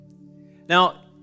Now